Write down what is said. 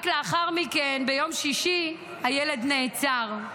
רק לאחר מכן, ביום שישי, הילד נעצר.